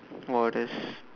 more or less